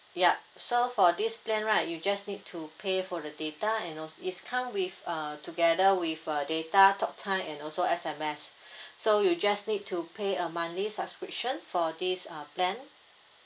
yup so for this plan right you just need to pay for the data and als~ is come with uh together with uh data talktime and also S_M_S so you just need to pay a monthly subscription for this uh plan